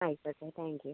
ആയിക്കോട്ടെ thank you